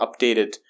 updated